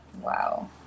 Wow